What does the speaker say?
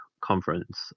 conference